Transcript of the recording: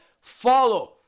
follow